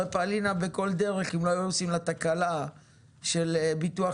הרי פאלינה בכל דרך אם לא היו עושים לה תקלה של ביטוח